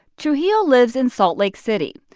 trujillo lives in salt lake city.